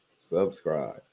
subscribe